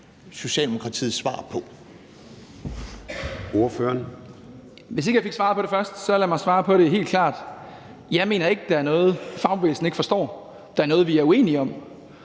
Hvis ikke jeg fik svaret på det først, så lad mig svare på det helt klart: Jeg mener ikke, der er noget, fagbevægelsen ikke forstår. Der er noget, vi er uenige om,